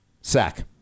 Sack